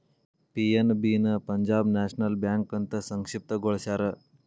PNB ನ Punjab national bank ಅಂತ ಸಂಕ್ಷಿಪ್ತ ಗೊಳಸ್ಯಾರ